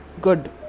good